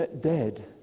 dead